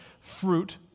fruit